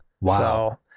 Wow